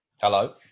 Hello